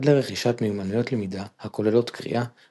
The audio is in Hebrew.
עד לרכישת מיומנויות למידה הכוללות קריאה,